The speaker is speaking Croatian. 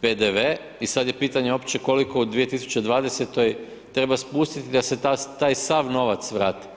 PDV i sad je pitanje uopće koliko u 2020. treba spustiti da se taj sav novac vrati.